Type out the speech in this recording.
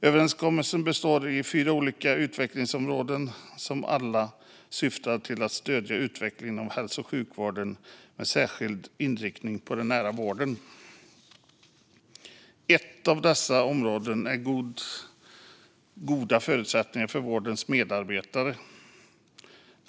Överenskommelsen består av fyra olika utvecklingsområden som alla syftar till att stödja utvecklingen av hälso och sjukvården med särskild inriktning på den nära vården. Ett av dessa områden är goda förutsättningar för vårdens medarbetare.